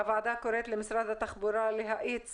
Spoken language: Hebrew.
הוועדה קוראת למשרד התחבורה להאיץ